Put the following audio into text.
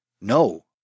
No